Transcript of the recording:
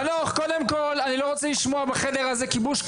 חנוך קודם כל אני לא רוצה לשמוע בחדר הזה כיבוש,